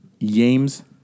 James